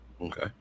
Okay